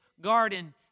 garden